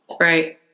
right